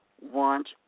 want